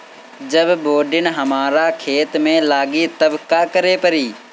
जब बोडिन हमारा खेत मे लागी तब का करे परी?